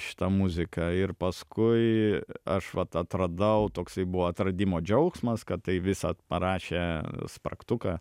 šita muzika ir paskui aš vat atradau toksai buvo atradimo džiaugsmas kad tai visa parašė spragtuką